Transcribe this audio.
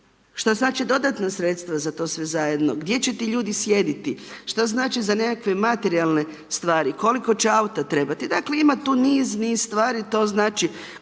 šta znače dodatna sredstva za to sve zajedno, gdje će ti ljudi sjediti, što znači za nekakve materijalne stvari, koliko će auta trebati. Dakle ima tu niz, niz stvari, to znači